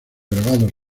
grabados